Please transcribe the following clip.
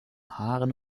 haaren